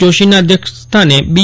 જોશીના અધ્યક્ષ સ્થાને બી